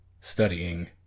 studying